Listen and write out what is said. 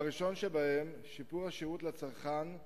בראשון שבהם, שיפור השירות לצרכן,